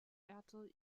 ehrte